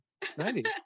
90s